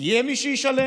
כי יהיה מי שישלם.